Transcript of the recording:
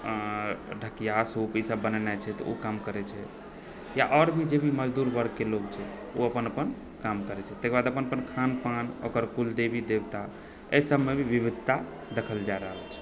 आओर ढ़किआ सूप ई सब बनेनाइ छै तऽ ओ काम करै छै या आओर भी जे भी मजदूर वर्गके लोग छै ओ अपन अपन काम करै छै तकर बाद अपन अपन खान पान ओकर कुल देवी देवता एहि सबमे भी विविधता देखल जा रहल छै